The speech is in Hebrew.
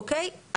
אוקיי?